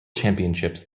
championships